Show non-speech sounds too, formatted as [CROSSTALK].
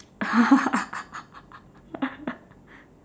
[LAUGHS]